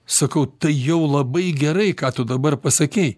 sakau tai jau labai gerai ką tu dabar pasakei